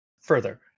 further